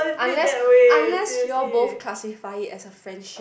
unless unless you all both classify it as a friendship